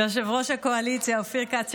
ליושב-ראש הקואליציה אופיר כץ,